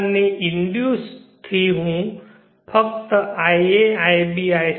ની ઇન્ડ્યુસ થી હું ફક્ત ia ib ic